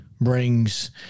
brings